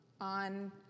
on